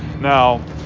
Now